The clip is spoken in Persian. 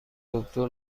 دکتر